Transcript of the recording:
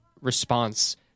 response